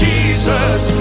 Jesus